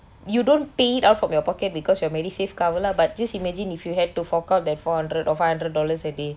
you don't pay it out from your pocket because your MediSave cover up but just imagine if you had to fork out that four hundred or five hundred dollars a day